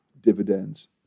dividends